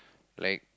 like